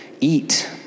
eat